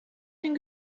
den